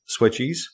switchies